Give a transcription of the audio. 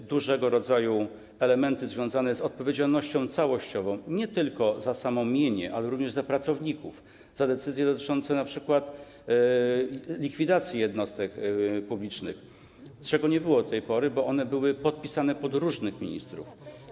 Chodzi o różnego rodzaju elementy związane z odpowiedzialnością całościową nie tylko za samo mienie, ale również za pracowników, za decyzje dotyczące np. likwidacji jednostek publicznych, czego nie było do tej pory, bo one były przypisane różnym ministrom.